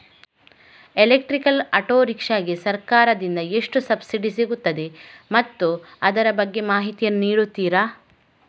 Electrical auto rickshaw ಗೆ ಸರ್ಕಾರ ದಿಂದ ಎಷ್ಟು ಸಬ್ಸಿಡಿ ಸಿಗುತ್ತದೆ ಮತ್ತು ಅದರ ಬಗ್ಗೆ ಮಾಹಿತಿ ಯನ್ನು ನೀಡುತೀರಾ?